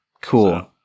Cool